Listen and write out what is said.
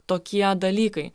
tokie dalykai